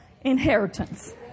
inheritance